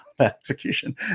execution